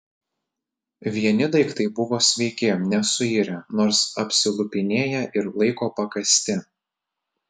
vieni daiktai buvo sveiki nesuirę nors apsilupinėję ir laiko pakąsti